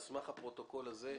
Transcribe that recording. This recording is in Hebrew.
על סמך הפרוטוקול הזה,